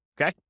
Okay